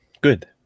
Good